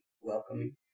welcoming